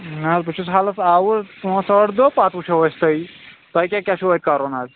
نہ حظ بہٕ چھُس حالس آوُر پانژھ ٲٹھ دۄہ پتہٕ وُچھَو أسۍ توہہِ کیاہ کیاہ چھُ کرُن حظ